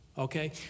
Okay